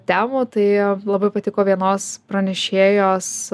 temų tai labai patiko vienos pranešėjos